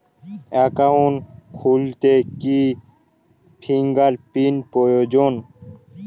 Account খুলতে কি fingerprint প্রয়োজন?